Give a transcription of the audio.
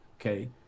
okay